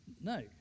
No